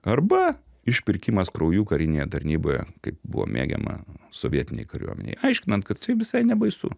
arba išpirkimas krauju karinėje tarnyboje kaip buvo mėgiama sovietinėj kariuomenėj aiškinant kad tai visai nebaisu